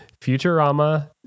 Futurama